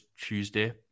Tuesday